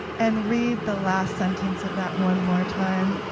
and read the last sentence of that one more time?